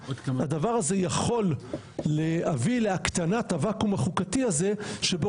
הדבר הזה יכול להביא להקטנת הוואקום החוקתי הזה שבו